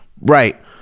Right